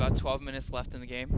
about twelve minutes left in the game